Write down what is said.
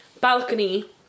balcony